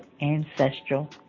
ancestral